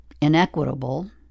inequitable